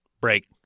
break